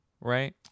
Right